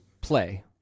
play